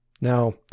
Now